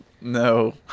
No